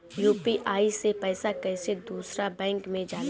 UPI से पैसा कैसे दूसरा बैंक मे जाला?